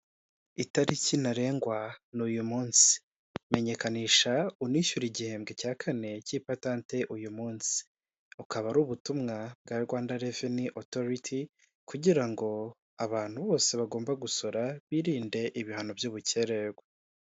Itariki ntarengwa ni uyu munsi menyekanisha unishyura igihembwe cya kane cy'ipatante uyu munsi, bukaba ari ubutumwa bwa Rwanda reveni otoriti kugira ngo abantu bose bagomba gusora birinde ibihano by'ubukererwe.